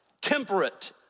temperate